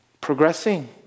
progressing